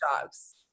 dogs